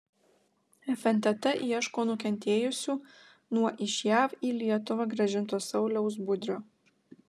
fntt ieško nukentėjusių nuo iš jav į lietuvą grąžinto sauliaus budrio